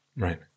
Right